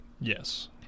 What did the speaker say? Yes